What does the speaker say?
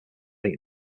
late